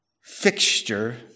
fixture